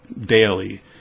daily